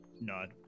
nod